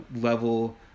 level